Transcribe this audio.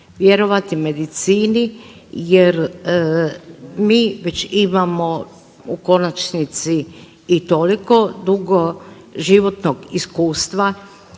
vjerovati medicini jer mi već imamo u konačnici i toliko dugo životnog iskustva